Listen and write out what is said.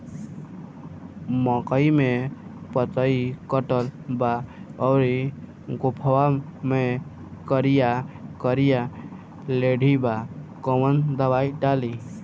मकई में पतयी कटल बा अउरी गोफवा मैं करिया करिया लेढ़ी बा कवन दवाई डाली?